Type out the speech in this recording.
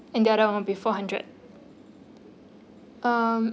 and the other [one] would be four hundred um